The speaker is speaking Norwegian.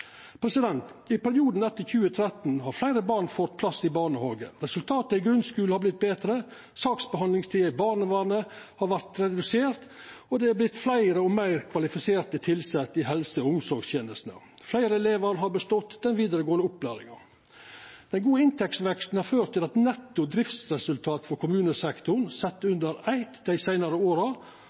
I perioden etter 2013 har fleire barn fått plass i barnehage, resultata i grunnskulen har vorte betre, saksbehandlingstida i barnevernet har vorte redusert, det har vorte fleire og meir kvalifiserte tilsette i helse- og omsorgstenestene, og fleire elevar har bestått den vidaregåande opplæringa. Den gode inntektsveksten har ført til at netto driftsresultat for kommunesektoren sett under eitt dei seinare åra